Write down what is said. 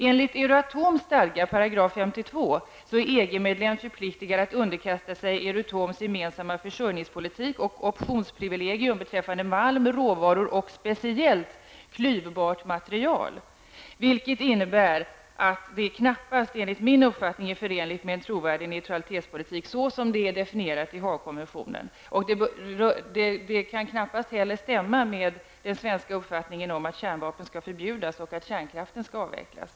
Enligt Euratoms stadgar, § 52, är EG-medlem förpliktigad att underkasta sig Euratoms gemensamma försörjningspolitik och optionsprivilegium beträffande malm, råvaror och speciellt klyvbart material. Det innebär att det knappast, enligt min uppfattning är förenligt med en trovärdig neutralitetspolitik såsom den är definierad i Haagkonventionen. Det kan knappast heller stämma med den svenska uppfattningen om att kärnvapen skall förbjudas och att kärnkraften skall avvecklas.